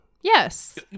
Yes